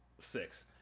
six